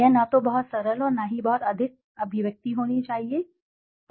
यह न तो बहुत सरल और न ही बहुत कठिन अभिव्यक्ति होनी चाहिए अभी भी सरल है बहुत मुश्किल नहीं है